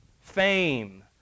fame